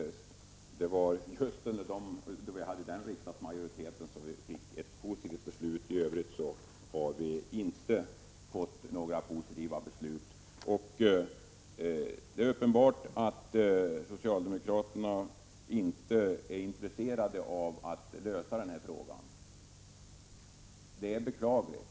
Så det var just då vi hade den riksdagsmajoriteten som vi fick ett positivt beslut. I övrigt har riksdagen inte fattat några positiva beslut i frågan. Det är uppenbart att socialdemokraterna inte är intresserade av att lösa problemet, — Prot. 1985/86:127 och det är beklagligt.